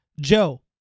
Joe